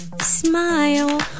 Smile